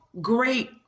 great